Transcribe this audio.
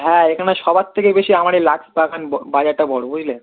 হ্যাঁ এখানে সবার থেকেই বেশি আমি এই লাক্সবাগান বা বাজারটা বড়ো বুঝলে